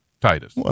Titus